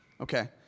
Okay